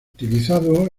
utilizado